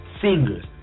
Singers